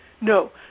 No